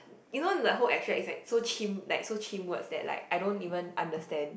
you know the whole abstract is like so chim like so chim words that I don't even understand